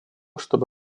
чтобы